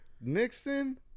Nixon